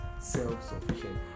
self-sufficient